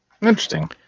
Interesting